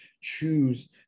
choose